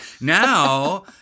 now